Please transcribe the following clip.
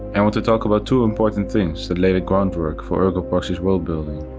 and want to talk about two important things that lay the groundwork for ergo proxy's worldbuilding.